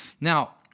Now